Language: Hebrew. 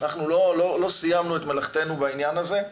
לא סיימנו את מלאכתנו בעניין הזה.